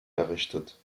errichtet